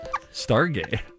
Stargate